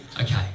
Okay